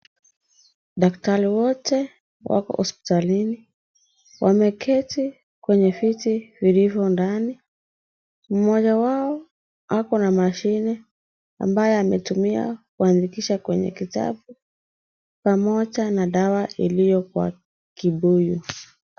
Daktari wote wako hospitalini wameketi kwenye viti vilivyo ndani mmoja wao ako na mashine ambayo ametumia kuandikisha kitabu pamoja na dawa iliyo kwa kibuyu.